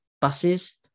buses